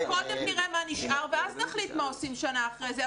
קודם נראה מה נשאר ואז נחליט מה עושים שנה אחרי זה,